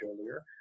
earlier